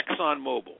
ExxonMobil